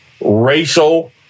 racial